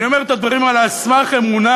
אני אומר את הדברים האלה על סמך אמונה